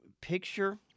picture